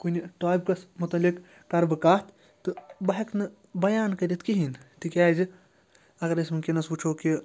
کُنہِ ٹاپِکَس مُتعلق کَرٕ بہٕ کَتھ تہٕ بہٕ ہٮ۪کہٕ نہٕ بیان کٔرِتھ کِہیٖنۍ تِکیازِ اگر أسۍ وٕنۍکٮ۪نَس وٕچھو کہِ